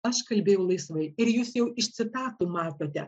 aš kalbėjau laisvai ir jūs jau iš citatų matote